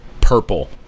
purple